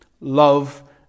love